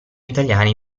italiani